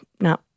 No